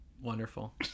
Wonderful